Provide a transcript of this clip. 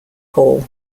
hall